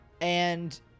and-